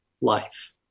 life